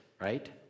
right